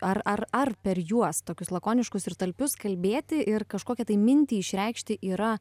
ar ar ar per juos tokius lakoniškus ir talpius kalbėti ir kažkokią tai mintį išreikšti yra